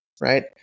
right